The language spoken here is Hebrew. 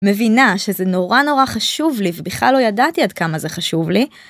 מבינה שזה נורא נורא חשוב לי ובכלל לא ידעתי עד כמה זה חשוב לי.